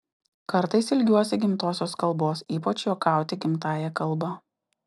kartais ilgiuosi gimtosios kalbos ypač juokauti gimtąja kalba